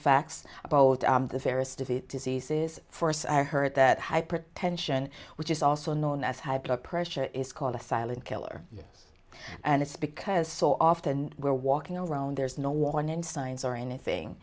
of diseases source i heard that hypertension which is also known as high blood pressure is called a silent killer and it's because so often we're walking around there's no warning signs or anything